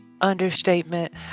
understatement